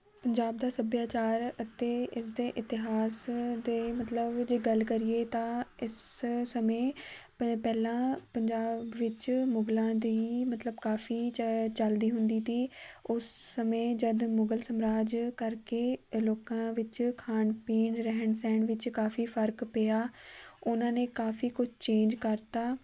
ਪੰਜਾਬ ਦਾ ਸੱਭਿਆਚਾਰ ਅਤੇ ਇਸ ਦੇ ਇਤਿਹਾਸ ਦੇ ਮਤਲਬ ਜੇ ਗੱਲ ਕਰੀਏ ਤਾਂ ਇਸ ਸਮੇਂ ਪ ਪਹਿਲਾਂ ਪੰਜਾਬ ਵਿੱਚ ਮੁਗਲਾਂ ਦੀ ਮਤਲਬ ਕਾਫੀ ਚ ਚਲਦੀ ਹੁੰਦੀ ਤੀ ਉਸ ਸਮੇਂ ਜਦ ਮੁਗਲ ਸਮਰਾਜ ਕਰਕੇ ਲੋਕਾਂ ਵਿੱਚ ਖਾਣ ਪੀਣ ਰਹਿਣ ਸਹਿਣ ਵਿੱਚ ਕਾਫੀ ਫਰਕ ਪਿਆ ਉਹਨਾਂ ਨੇ ਕਾਫੀ ਕੁਝ ਚੇਂਜ ਕਰਤਾ